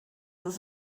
ist